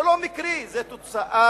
זה לא מקרי, זאת תוצאה